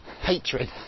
hatred